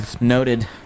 Noted